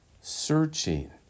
searching